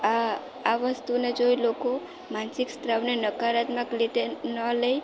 આ વસ્તુને જોઈ લોકો માનસિક સ્ત્રાવને નકારાત્મક રીતે ન લેય